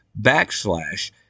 backslash